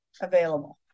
available